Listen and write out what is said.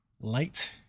light